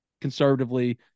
Conservatively